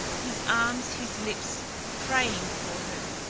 his arms, his lips praying for her.